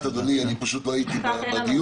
אדוני, אני פשוט לא הייתי בדיון.